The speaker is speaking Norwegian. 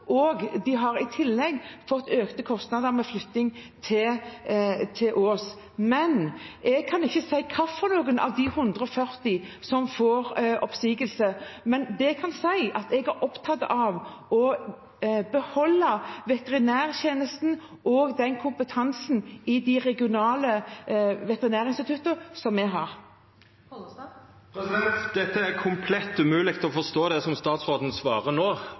økte kostnader med flytting til Ås. Jeg kan ikke si hvilke av de 140 som får oppsigelse, men det jeg kan si, er at jeg er opptatt av å beholde veterinærtjenesten og kompetansen i de regionale veterinærinstituttene som vi har. Det åpnes for oppfølgingsspørsmål – først Geir Pollestad. Det er komplett umogleg å forstå det som statsråden svarer